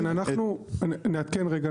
כן, נעדכן רגע.